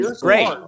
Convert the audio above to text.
great